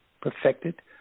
perfected